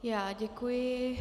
Já děkuji.